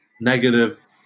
negative